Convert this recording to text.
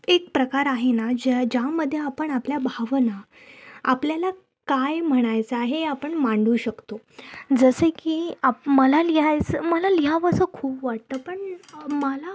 एक प्रकार आहे ना ज्या ज्यामध्ये आपण आपल्या भावना आपल्याला काय म्हणायचं आहे हे आपण मांडू शकतो जसे की आप मला लिहायचं मला लिहावंसं खूप वाटतं पण मला